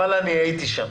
אבל אני הייתי שם